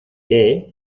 qué